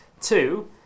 Two